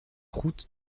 route